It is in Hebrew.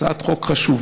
זו הצעת חוק חשובה,